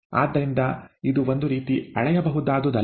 ಆದ್ದರಿಂದ ಇದು ಒಂದು ರೀತಿ ಅಳೆಯಬಹುದಾದುದಲ್ಲ